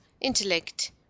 intellect